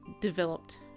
developed